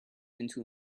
into